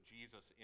Jesus